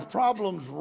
problems